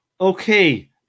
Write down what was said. Okay